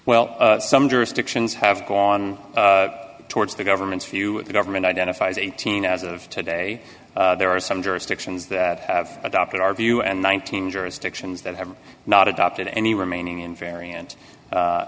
well some jurisdictions have gone towards the government's view the government identifies eighteen as of today there are some jurisdictions that have adopted our view and nineteen jurisdictions that have not adopted any remaining in